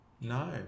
No